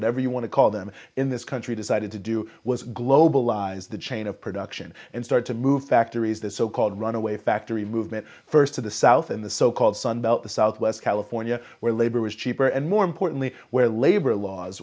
whatever you want to call them in this country decided to do was globalized the chain of production and start to move factories that so called runaway factory movement first to the south in the so called sun belt the southwest california where labor is cheaper and more importantly where labor laws